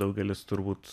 daugelis turbūt